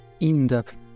in-depth